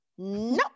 no